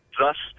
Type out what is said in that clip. thus